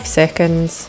seconds